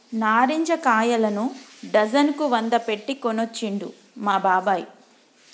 నారింజ కాయలను డజన్ కు వంద పెట్టి కొనుకొచ్చిండు మా బాబాయ్